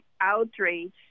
outrage